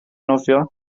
nofio